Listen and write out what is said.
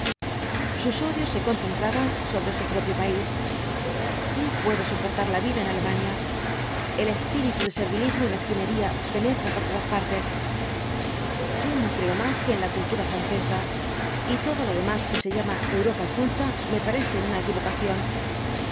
sus odios se concentraban sobre su propio país no puedo soportar la vida en alemania el espíritu de servilismo y mezquinería penetra por todas partes yo no creo más que en la cultura francesa y todo lo demás que se llama europa culta me parece una